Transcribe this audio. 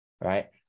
right